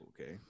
Okay